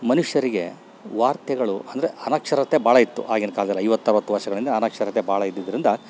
ಮನುಷ್ಯರಿಗೆ ವಾರ್ತೆಗಳು ಅಂದರೆ ಅನಕ್ಷರತೆ ಭಾಳ ಇತ್ತು ಆಗಿನ ಕಾಲ್ದಲ್ಲಿ ಐವತ್ತು ಅರ್ವತ್ತು ವರ್ಷಗಳ ಹಿಂದೆ ಅನಕ್ಷರತೆ ಭಾಳ ಇದ್ದಿದ್ರಿಂದ